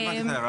הלאה.